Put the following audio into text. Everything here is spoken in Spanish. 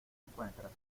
encuentras